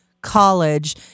College